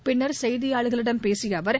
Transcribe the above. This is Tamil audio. பின்னர் செய்தியாளர்களிடம் பேசிய அவர்